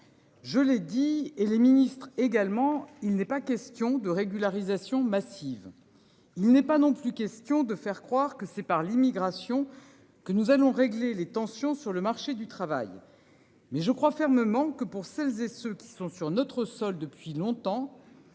Je l'ai dit et les ministres également. Il n'est pas question de régularisation massive. Il n'est pas non plus question de faire croire que c'est par l'immigration que nous allons régler les tensions sur le marché du travail. Mais je crois fermement que pour celles et ceux qui sont sur notre sol depuis longtemps.